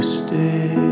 stay